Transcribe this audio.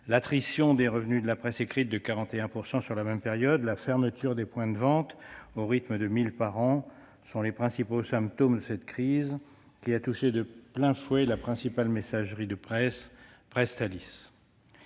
l'attrition des revenus de la presse écrite de 41 % sur la même période, la fermeture des points de vente, au rythme de 1 000 par an, sont les principaux symptômes de cette crise ayant touché de plein fouet la principale messagerie de presse, Presstalis.